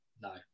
No